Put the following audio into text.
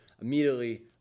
immediately